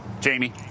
Jamie